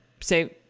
Say